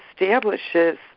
establishes